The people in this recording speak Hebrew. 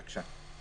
בבקשה.